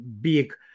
big